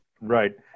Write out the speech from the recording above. Right